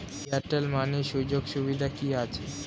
Airtel money সুযোগ সুবিধা কি আছে?